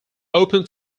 open